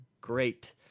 great